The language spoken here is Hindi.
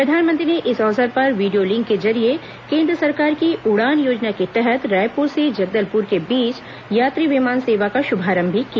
प्रधानमंत्री ने इस अवसर पर वीडियो लिंक के जरिये केन्द्र सरकार की उड़ान योजना के तहत रायपुर से जगदलपुर के बीच यात्री विमान सेवा का शुभारंभ भी किया